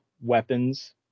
weapons